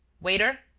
waiter!